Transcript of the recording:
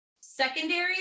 secondary